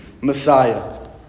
Messiah